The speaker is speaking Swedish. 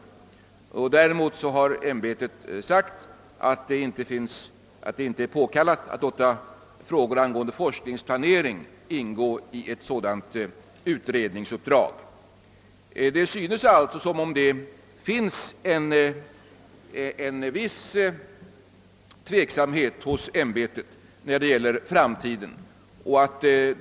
Däremot finner ämbetet det inte påkallat att låta frågor angående forskningsplanering ingå i ett sådant utredningsuppdrag. Det synes alltså som om ämbetet på denna punkt hyser en viss tveksamhet i fråga om framtiden.